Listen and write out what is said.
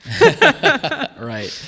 Right